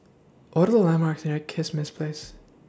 What Are The landmarks near Kismis Place